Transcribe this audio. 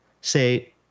say